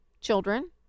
children